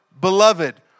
Beloved